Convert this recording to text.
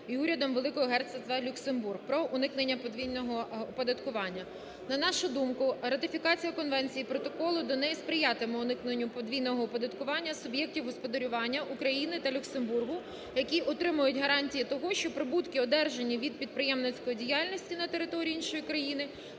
і Урядом Великого Герцогства Люксембург про уникнення подвійного оподаткування. На нашу думку, ратифікація Конвенції протоколу до неї сприятиме уникненню подвійного оподаткування суб'єктів господарювання України та Люксембургу, які отримають гарантії того, що прибутки, одержані від підприємницької діяльності на території іншої країни,